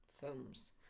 films